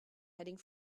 heading